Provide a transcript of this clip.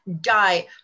die